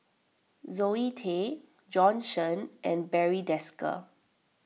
Zoe Tay Bjorn Shen and Barry Desker